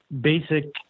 basic